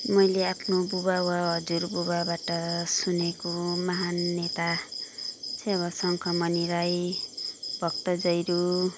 मैले आफ्नो बुबा वा हजुरबुबाबाट सुनेको माहन नेता चाहिँ अब शङ्खमणि राई भक्त जैरू